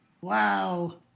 Wow